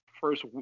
first